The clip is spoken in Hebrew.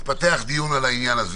התפתח דיון בעניין.